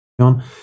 on